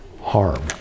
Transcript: harm